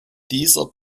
dieser